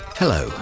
hello